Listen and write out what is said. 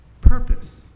Purpose